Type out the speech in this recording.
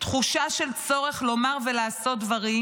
תחושה של צורך לומר ולעשות דברים,